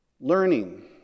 Learning